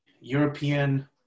european